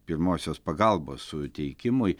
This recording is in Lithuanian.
pirmosios pagalbos suteikimui